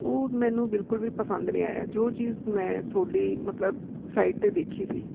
ਉਹ ਮੈਨੂੰ ਬਿਲਕੁਲ ਵੀ ਪਸੰਦ ਨਹੀਂ ਆਇਆ ਜੋ ਚੀਜ਼ ਮੈਂ ਤੁਹਾਡੀ ਮਤਲਬ ਸਾਈਟ 'ਤੇ ਦੇਖੀ ਸੀ